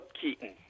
Keaton